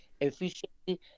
efficiently